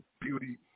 Beauty